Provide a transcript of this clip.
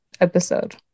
episode